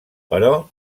però